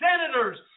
senators